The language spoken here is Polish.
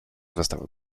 wystawy